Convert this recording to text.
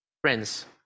Friends